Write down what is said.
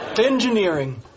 Engineering